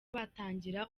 batangira